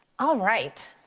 all right.